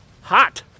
hot